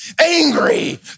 Angry